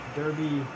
derby